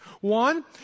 One